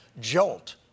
jolt